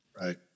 Right